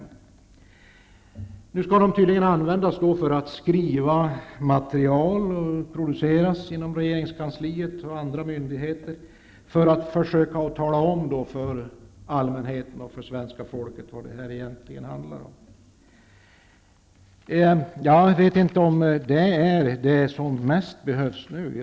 Nu skall de tydligen användas för att skriva material som skall produceras genom regeringskansliet och andra myndigheter för att försöka tala om för allmänheten och för svenska folket vad det här egentligen handlar om. Jag vet inte om det är vad som nu behövs mest.